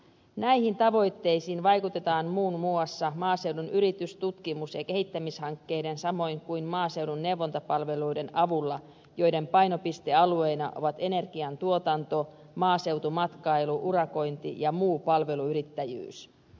näihin tavoitteisiin vaikutetaan muun muassa maaseudun yritys tutkimus ja kehittämishankkeiden samoin kuin maaseudun neuvontapalveluiden avulla joiden painopistealueina ovat energian tuotanto maaseutumatkailu urakointi ja muu palveluyrittäjyys